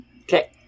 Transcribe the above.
Okay